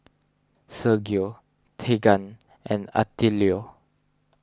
Sergio Teagan and Attilio